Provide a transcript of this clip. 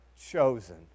chosen